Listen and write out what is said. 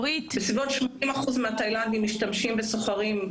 בסביבות 80 אחוזים מהתאילנדים משתמשים בסוחרים,